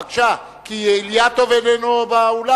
בבקשה, כי אילטוב איננו באולם.